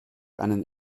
einen